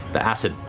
the acid